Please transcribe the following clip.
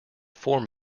form